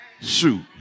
Shoot